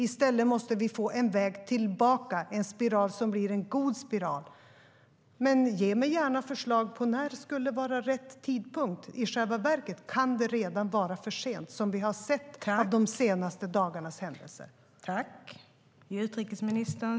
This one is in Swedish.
I stället måste vi få en väg tillbaka - en spiral som blir en god spiral.I detta anförande instämde Arhe Hamednaca, Hillevi Larsson och Lawen Redar .